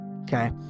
Okay